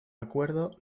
acuerdo